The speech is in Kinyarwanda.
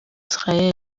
israël